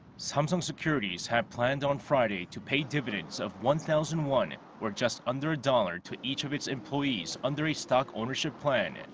samsung securities had planned on friday to pay dividends of one-thousand won or just under a dollar to each of its employees under a stock ownership plan.